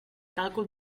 càlcul